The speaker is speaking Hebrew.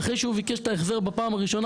ואחרי שהוא ביקש את ההחזר בפעם הראשונה